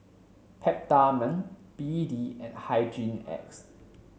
Peptamen B D and Hygin X